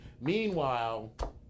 Meanwhile